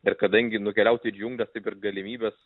ir kadangi nukeliaut į džiungles taip ir galimybės